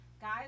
Guys